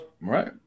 Right